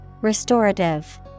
Restorative